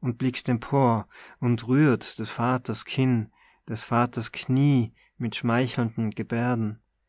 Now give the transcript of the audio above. und blickt empor und rührt des vaters kinn des vaters knie mit schmeichelnden geberden